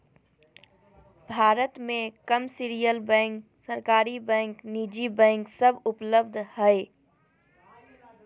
भारत मे commercial bank, सरकारी bank, निजी बैंक सब उपलब्ध हय